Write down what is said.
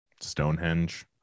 stonehenge